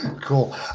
cool